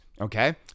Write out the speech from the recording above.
okay